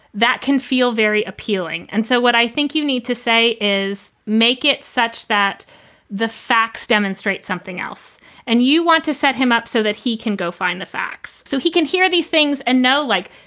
that can feel very appealing. and so what i think you need to say is make it such that the facts demonstrate something else and you want to set him up so that he can go find the facts so he can hear these things and know, like,